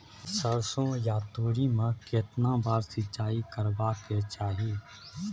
सरसो या तोरी में केतना बार सिंचाई करबा के चाही?